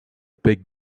big